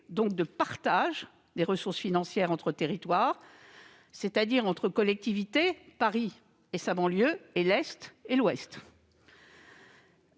donc de partage des ressources financières entre territoires, c'est-à-dire entre collectivités, soit entre Paris et sa banlieue et entre l'est et l'ouest.